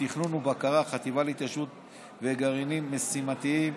לתכנון ובקרה (חטיבה להתיישבות וגרעינים משימתיים),